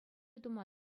тума